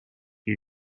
you